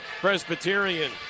Presbyterian